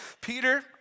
Peter